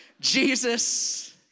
Jesus